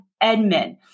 Edmund